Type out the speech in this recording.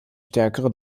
stärkere